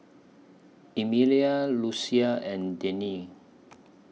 Emilia Lucia and Denine